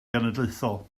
genedlaethol